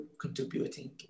contributing